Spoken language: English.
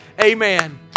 Amen